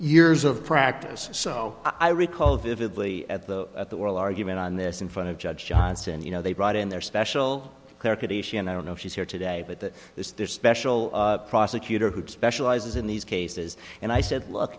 years of practice so i recall vividly at the at the world argument on this in front of judge johnson you know they brought in their special character to she and i don't know if she's here today but that is their special prosecutor who specializes in these cases and i said look